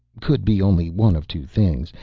could be only one of two things.